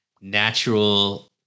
natural